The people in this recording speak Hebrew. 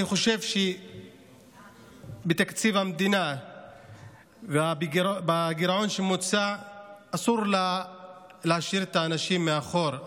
אני חושב שבתקציב המדינה ובגירעון שמוצע אסור להשאיר את האנשים מאחור,